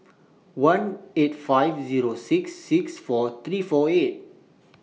one eight five Zero six six four three four eight